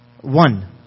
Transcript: One